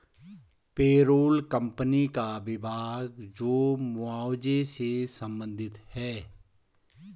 payroll company का विभाग जो मुआवजे से संबंधित है